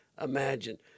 imagine